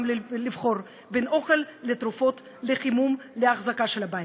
לבחור בין אוכל לתרופות לחימום לאחזקה של הבית.